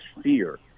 fear